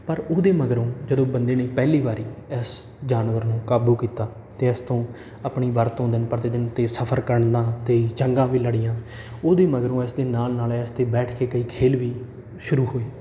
ਪਰ ਉਹਦੇ ਮਗਰੋਂ ਜਦੋਂ ਬੰਦੇ ਨੇ ਪਹਿਲੀ ਵਾਰ ਇਸ ਜਾਨਵਰ ਨੂੰ ਕਾਬੂ ਕੀਤਾ ਅਤੇ ਇਸ ਤੋਂ ਆਪਣੀ ਵਰਤੋਂ ਦਿਨ ਪ੍ਰਤੀ ਦਿਨ ਅਤੇ ਸਫ਼ਰ ਕਰਨ ਦਾ ਅਤੇ ਜੰਗਾ ਵੀ ਲੜੀਆਂ ਉਹਦੇ ਮਗਰੋਂ ਇਸ ਦੇ ਨਾਲ ਨਾਲ ਇਸ 'ਤੇ ਬੈਠ ਕੇ ਕਈ ਖੇਲ ਵੀ ਸ਼ੁਰੂ ਹੋਏ